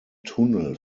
tunnel